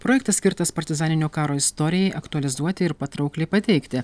projektas skirtas partizaninio karo istorijai aktualizuoti ir patraukliai pateikti